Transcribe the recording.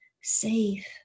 safe